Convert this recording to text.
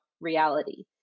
reality